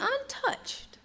untouched